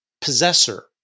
possessor